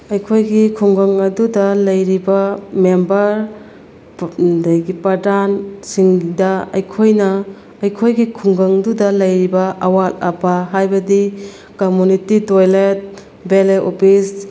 ꯑꯩꯈꯣꯏꯒꯤ ꯈꯨꯡꯒꯪ ꯑꯗꯨꯗ ꯂꯩꯔꯤꯕ ꯃꯦꯝꯕꯔ ꯑꯗꯒꯤ ꯄ꯭ꯔꯗꯥꯟꯁꯤꯡꯗ ꯑꯩꯈꯣꯏꯅ ꯑꯩꯈꯣꯏꯒꯤ ꯈꯨꯡꯒꯪꯗꯨꯗ ꯂꯩꯔꯤꯕ ꯑꯋꯥꯠ ꯑꯄꯥ ꯍꯥꯥꯏꯕꯗꯤ community toilet V L F office